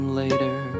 later